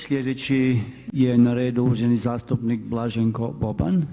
Slijedeći je na redu uvaženi zastupnik Blaženko Boban.